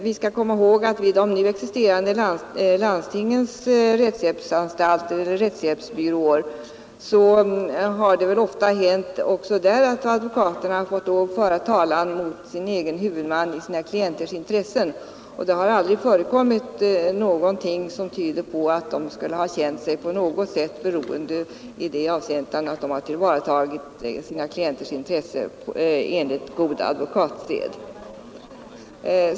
Vi skall komma ihåg att det vid landstingens nu existerande rättshjälpsbyråer ofta har hänt att advokaterna har fått föra talan mot sin egen huvudman i sina klienters intresse, och det har aldrig förekommit någonting som tyder på att de på något sätt skulle ha känt sig beroende i det avseendet, utan de har tillvaratagit sina klienters intressen enligt god advokatsed.